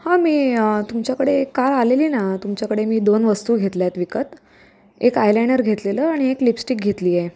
हा मी तुमच्याकडे काल आलेली ना तुमच्याकडे मी दोन वस्तू घेतल्या आहेत विकत एक आय लायनर घेतलेलं आणि एक लिपस्टिक घेतली आहे